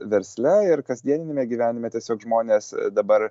versle ir kasdieniniame gyvenime tiesiog žmonės dabar